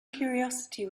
curiosity